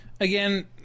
again